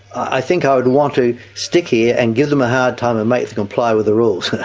i think i would want to stick here and give them a hard time and make them comply with the rules.